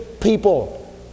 people